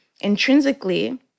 intrinsically